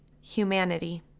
humanity